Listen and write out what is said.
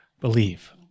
believe